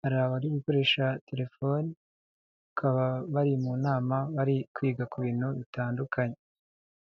hari abari gukoresha telefoni, bakaba bari mu nama bari kwiga ku bintu bitandukanye.